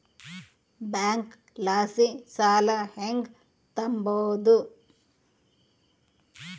ಬ್ಯಾಂಕಲಾಸಿ ಸಾಲ ಹೆಂಗ್ ತಾಂಬದು?